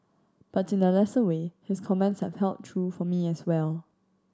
but in a lesser way his comments have held true for me as well